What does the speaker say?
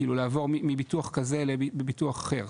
כאילו, לעבור מביטוח כזה לביטוח אחר.